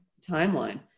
timeline